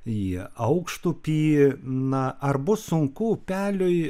į aukštupį na ar bus sunku upeliui